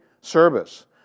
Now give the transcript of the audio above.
service